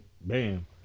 bam